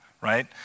right